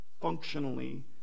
functionally